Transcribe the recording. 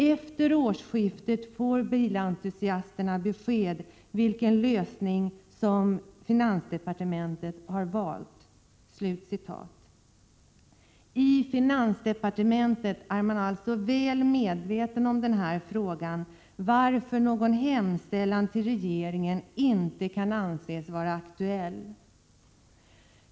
Efter årsskiftet får bilentusiasterna besked vilken lösning som finansdepartementet har valt. I finansdepartementet är man alltså väl medveten om den här frågan, varför någon hemställan till regeringen inte kan anses vara aktuell.